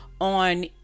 on